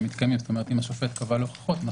כלומר אם השופט קבע להוכחות,